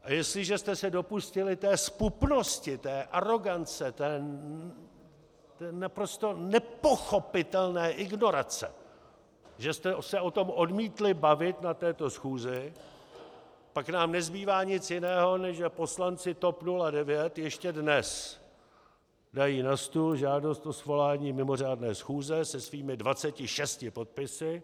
A jestliže jste se dopustili té zpupnosti, té arogance, té naprosto nepochopitelné ignorace, že jste se o tom odmítli bavit na této schůzi, pak nám nezbývá nic jiného, než že poslanci TOP 09 ještě dnes dají na stůl žádost o svolání mimořádné schůze se svými 26 podpisy.